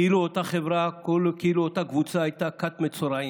כאילו אותה קבוצה הייתה כת מצורעים,